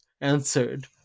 answered